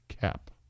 cap